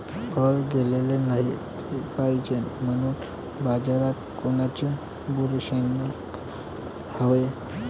फळं गळाले नाही पायजे म्हनून बाजारात कोनचं बुरशीनाशक हाय?